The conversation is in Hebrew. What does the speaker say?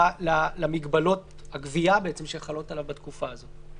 למגבלות הגבייה שחלות עליו בתקופה הזו.